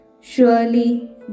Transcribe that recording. Surely